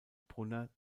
brunner